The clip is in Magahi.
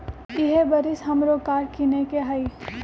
इहे बरिस हमरो कार किनए के हइ